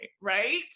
right